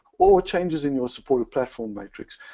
or changes in your support of platform matrix.